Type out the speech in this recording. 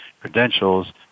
credentials